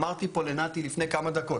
אמרתי פה לנתי לפני כמה דקות,